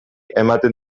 ematen